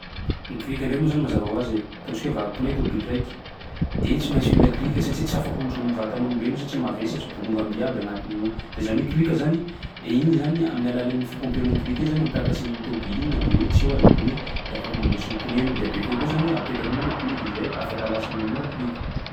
Ny krika ndray moa zany mazava hoazy e, ataontsika hoe vaky pneu tômbily raiky de tsy maintsy mila krika satsia tsy afaky onjon'ny vatan'olombelo satsia mavesatsy bolongam-by iaby agnatin'io ao. De zany hoe krika zany, igny zany amin'ny alalan'ny fipaompenao ny krika iny zany mampiakatsy igny tômbily igny na de hoe tsy eo aza pneu. De afaky mamboatsy ny pneu anao de abekeo koa zany apetakinao le pneu de zay afaka alà tsimoramora krika.